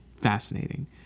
fascinating